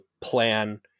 plan